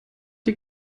die